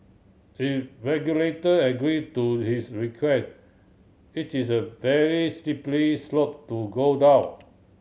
if regulator agree to this request it is a very slippery slope to go down